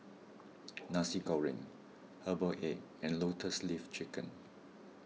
Nasi Goreng Herbal Egg and Lotus Leaf Chicken